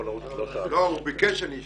הוא ביקש שאני אשאל.